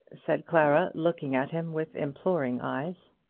said clara, looking at him with imploring eyes.